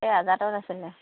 এই আজাদত আছিলে